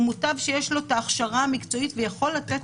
הוא ומותב שיש לו את ההכשרה המקצועית ויכול לתת